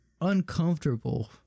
uncomfortable